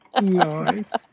Nice